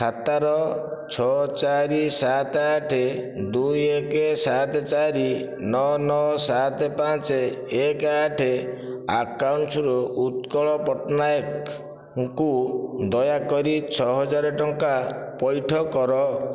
ଖାତାର ଛଅ ଚାରି ସାତ ଆଠ ଦୁଇ ଏକ ସାତ ଚାରି ନଅ ନଅ ସାତ ପାଞ୍ଚ ଏକ ଆଠ ଆକାଉଣ୍ଟରୁ ଉତ୍କଳ ପଟ୍ଟନାୟକଙ୍କୁ ଦୟାକରି ଛଅହଜାର ଟଙ୍କା ପଇଠ କର